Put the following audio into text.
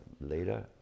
later